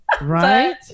Right